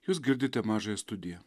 jūs girdite mažąją studiją